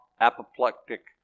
apoplectic